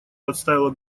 подставила